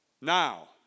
now